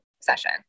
session